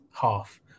half